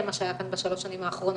מה שהיה כאן בשלוש השנים האחרונות,